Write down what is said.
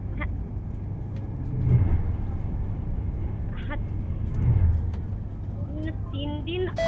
হ্যাঁ হ্যাঁ তিন দিন